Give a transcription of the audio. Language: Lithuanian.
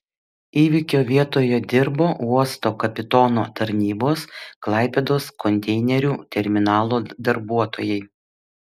įvykio vietoje dirbo uosto kapitono tarnybos klaipėdos konteinerių terminalo darbuotojai